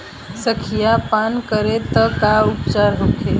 संखिया पान करी त का उपचार होखे?